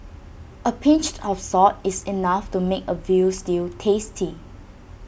A pinch of salt is enough to make A Veal Stew tasty